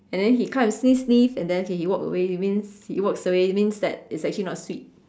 and then he come and sniff sniff and then he walk away means he walks away means that it's actually not sweet